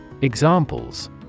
Examples